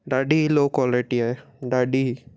ॾाढी low quality आहे ॾाढी